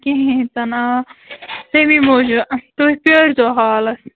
کِہیٖنٛۍ تہِ نہٕ آ تَمے موٗجوٗب تُہۍ پرٛٲرۍزیٚو ہالَس